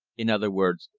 in other words,